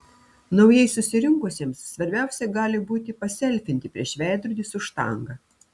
naujai susirinkusiems svarbiausia gali būti paselfinti prieš veidrodį su štanga